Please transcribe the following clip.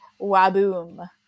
Waboom